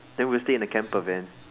then we will stay in the camper van